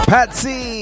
Patsy